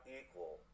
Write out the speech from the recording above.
equal